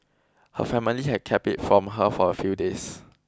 her family had kept it from her for a few days